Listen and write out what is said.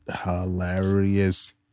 Hilarious